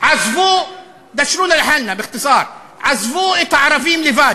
עזבו את הערבים לבד.